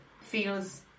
feels